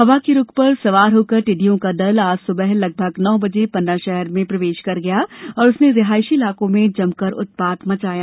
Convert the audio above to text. हवा के रुख पर सवार होकर टिड्डियों का दल आज स्बह लगभग नौ बजे पन्ना शहर में प्रवेश कर गया और उसने रिहायशी इलाकों में जमकर उत्पात मचाया